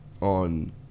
on